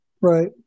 Right